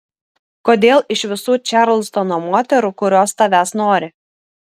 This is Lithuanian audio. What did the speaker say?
kodėl iš visų čarlstono moterų kurios tavęs nori